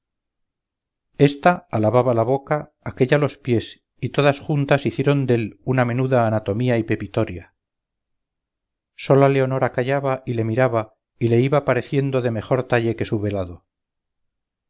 ésta alababa la boca aquélla los pies y todas juntas hicieron dél una menuda anatomía y pepitoria sola leonora callaba y le miraba y le iba pareciendo de mejor talle que su velado